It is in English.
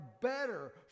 better